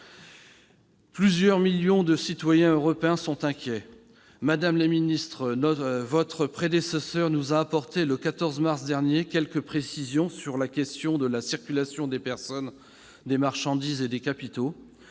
Plusieurs millions de citoyens européens sont inquiets. Madame la secrétaire d'État, votre prédécesseur nous a apporté, le 14 mars dernier, quelques précisions sur la question de la circulation des personnes, des marchandises et des capitaux.